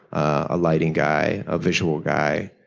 a lighting guy, a visual guy,